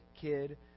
kid